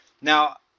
now